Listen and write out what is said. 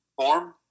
form